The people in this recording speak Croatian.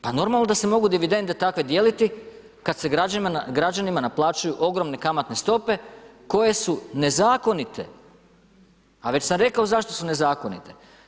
Pa normalno da se mogu dividende takve dijeliti kad se građanima naplaćuju ogromne kamatne stope koje su nezakonite, a već sam rekao zašto su nezakonite.